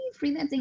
freelancing